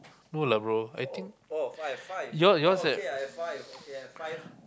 no lah bro I think your yours have